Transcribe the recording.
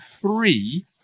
three